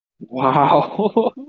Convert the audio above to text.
Wow